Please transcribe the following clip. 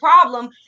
problem